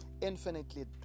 infinitely